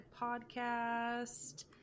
Podcast